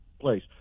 place